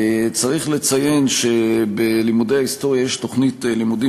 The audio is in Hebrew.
צריך לציין שבלימודי ההיסטוריה יש תוכנית לימודים